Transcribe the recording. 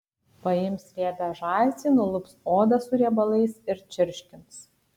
paims riebią žąsį nulups odą su riebalais ir čirškins